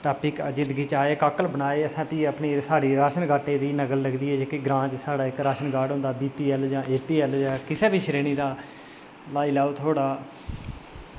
topic आये जिंदगी च काकल बनाये असें भी अपनी साढ़ी राशनकार्ड दी नकल लगदी ऐ जेह्की ग्रांऽ च साढ़े इक्क राशनकार्ड होंदा बीपीएल जां एपीएल जां कुसै बी श्रेणी दा लाई लाई थुआढ़ा